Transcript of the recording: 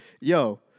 yo